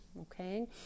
Okay